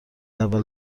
اول